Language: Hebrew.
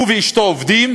הוא ואשתו עובדים,